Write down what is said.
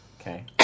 Okay